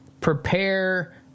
prepare